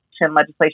legislation